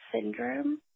syndrome